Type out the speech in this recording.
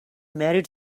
married